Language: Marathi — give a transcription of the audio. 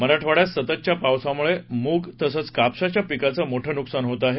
मराठवाड्यात सततच्या पावसामुळे मूग तसंच कापसाच्या पिकाचं मोठं नुकसान होत आहे